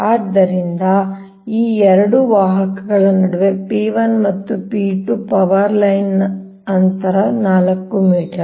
ಆದ್ದರಿಂದ ಈ 2 ವಾಹಕಗಳ ನಡುವೆ P 1 ಮತ್ತು P 2 ಪವರ್ ಲೈನ್ ಅಂತರ 4 ಮೀಟರ್